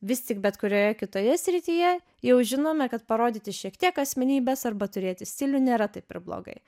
vis tik bet kurioje kitoje srityje jau žinome kad parodyti šiek tiek asmenybės arba turėti stilių nėra taip ir blogai